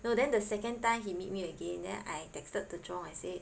no then the second time he meet me again then I texted 这种 I said